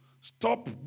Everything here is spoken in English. stop